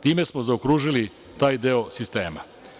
Time smo zaokružili taj deo sistema.